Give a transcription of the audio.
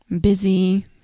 Busy